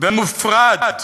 ומופרט,